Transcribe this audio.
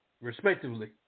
respectively